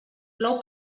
plou